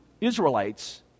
Israelites